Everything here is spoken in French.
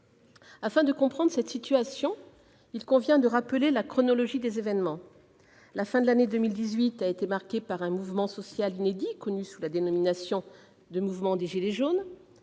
Pour comprendre cette situation, il convient de rappeler la chronologie des événements. La fin de l'année 2018 a été marquée par un mouvement social inédit connu sous la dénomination de mouvement des « gilets jaunes